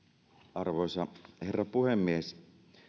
arvoisa herra puhemies